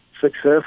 success